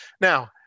Now